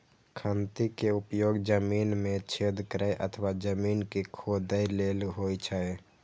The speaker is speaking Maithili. खंती के उपयोग जमीन मे छेद करै अथवा जमीन कें खोधै लेल होइ छै